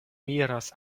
miras